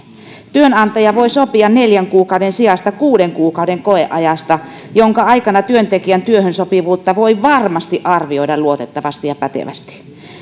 työnantaja voi sopia neljän kuukauden sijasta kuuden kuukauden koeajasta jonka aikana työntekijän työhön sopivuutta voi varmasti arvioida luotettavasti ja pätevästi